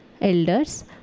Elders